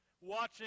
Watching